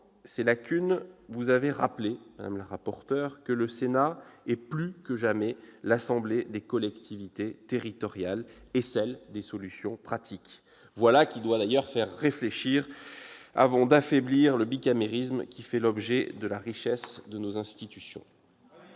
ces lacunes, vous avez rappelé, madame la rapporteur, que le Sénat est plus que jamais l'assemblée des collectivités territoriales et celle des solutions pratiques. Voilà qui devrait faire réfléchir avant d'affaiblir le bicamérisme, lequel fait la richesse de nos institutions.